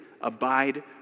abide